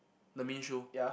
the main show